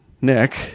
Nick